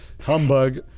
Humbug